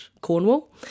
Cornwall